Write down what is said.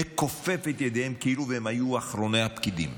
מכופף את ידיהם כאילו הם היו אחרוני הפקידים,